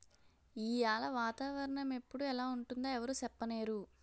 ఈయాల వాతావరణ ఎప్పుడు ఎలా ఉంటుందో ఎవరూ సెప్పనేరు